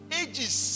ages